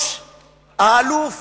האלוף